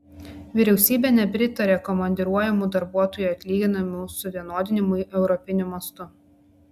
vyriausybė nepritaria komandiruojamų darbuotojų atlyginimų suvienodinimui europiniu mastu